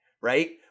right